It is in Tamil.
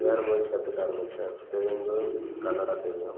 வேறு மொழியை கற்றுக்க ஆரம்பித்தேன் தெலுங்கு கன்னடா தெரியும்